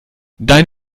dein